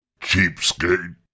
Cheapskate